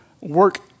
work